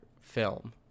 film